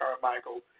Carmichael